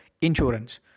insurance